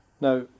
Now